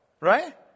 Right